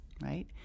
right